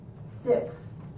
six